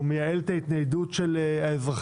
הוא מייעל את התניידות האזרחים,